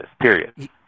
period